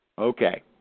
Okay